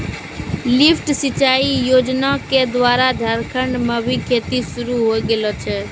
lift सिंचाई योजना क द्वारा झारखंड म भी खेती शुरू होय गेलो छै